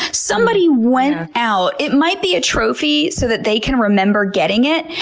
somebody went out, it might be a trophy so that they can remember getting it,